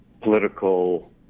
political